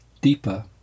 deeper